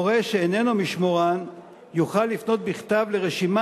הורה שאיננו משמורן יוכל לפנות בכתב לרשימה